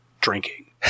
drinking